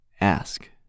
ask